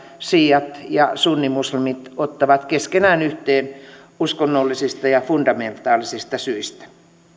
siiat ja sunnimuslimit ottavat keskenään yhteen uskonnollisista ja fundamentaalisista syistä